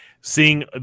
seeing